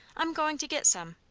i'm going to get some.